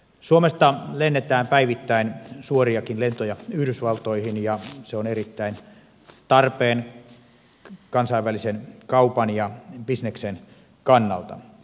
suomesta lennetään päivittäin suoriakin lentoja yhdysvaltoihin ja se on erittäin tarpeen kansainvälisen kaupan ja bisneksen kannalta